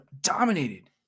dominated